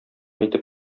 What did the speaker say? итеп